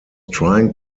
trying